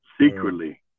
secretly